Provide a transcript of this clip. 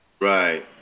Right